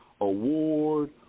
award